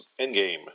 Endgame